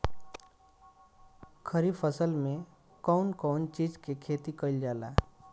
खरीफ फसल मे कउन कउन चीज के खेती कईल जाला?